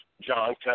John